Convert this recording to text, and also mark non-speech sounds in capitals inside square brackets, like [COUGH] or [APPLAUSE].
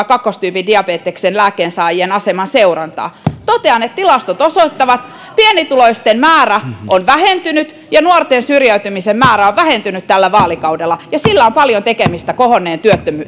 [UNINTELLIGIBLE] kakkostyypin diabeteksen lääkkeensaajien aseman seurantaa että toisin kuin tästä sävystä voisi päätellä tilastot osoittavat että pienituloisten määrä on vähentynyt ja nuorten syrjäytymisen määrä on vähentynyt tällä vaalikaudella ja sillä on paljon tekemistä kohonneen